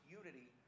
unity